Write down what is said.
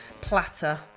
platter